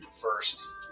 first